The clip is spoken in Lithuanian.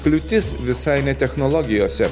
kliūtis visai ne technologijose